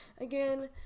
Again